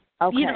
Okay